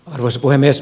arvoisa puhemies